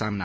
सामना